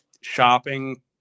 shopping